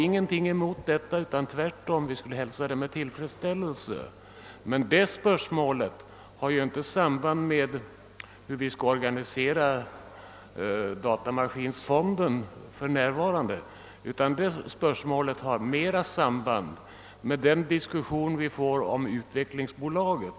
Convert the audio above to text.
Men detta spörsmål har ju inget sammand med frågan hur vi nu skall utforma datamaskinfonden. Det har större samband med den diskussion vi skall föra om det statliga utvecklingsbolaget.